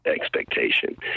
expectation